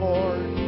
Lord